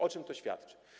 O czym to świadczy?